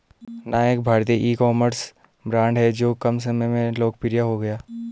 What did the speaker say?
नायका भारतीय ecommerce brand हैं जो कम समय में लोकप्रिय हो गया